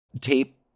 tape